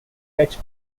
catch